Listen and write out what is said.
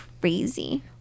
crazy